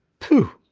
pooh!